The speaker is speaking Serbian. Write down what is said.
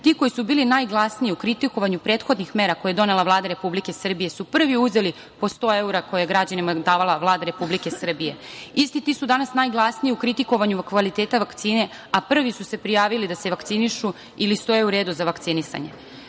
Ti koji su bili najglasniji u kritikovanju prethodnih mera koje je donela Vlada Republike Srbije su prvi uzeli po 100 evra koje je građanima davala Vlada Republike Srbije. Isti ti su danas najglasniji u kritikovanju kvaliteta vakcine, a prvi su se prijavili da se vakcinišu ili stoje u redu za vakcinisanje. Danas